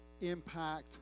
impact